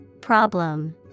Problem